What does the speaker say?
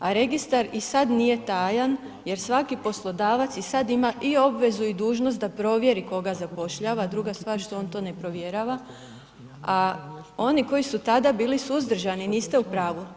A registar i sad nije tajan jer svaki poslodavac i sad ima i obvezu i dužnost da provjeri koga zapošljava, druga stvar što on to ne provjerava a oni koji su tada bili suzdržani, niste u pravu.